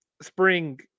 spring